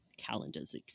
calendars